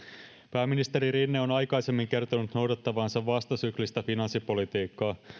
pääministeri rinne on aikaisemmin kertonut noudattavansa vastasyklistä finanssipolitiikkaa